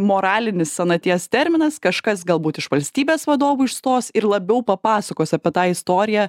moralinis senaties terminas kažkas galbūt iš valstybės vadovų išstos ir labiau papasakos apie tą istoriją